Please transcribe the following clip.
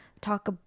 talk